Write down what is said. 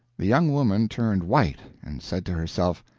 the young woman turned white, and said to herself,